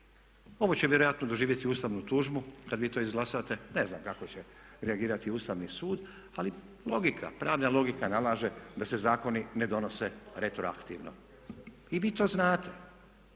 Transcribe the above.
Ovo će vjerojatno doživjeti ustavnu tužbu kada vi to izglasate, ne znam kako će reagirati Ustavni sud, ali logika, pravna logika nalaže da se zakoni ne donose retroaktivno. I vi to znate,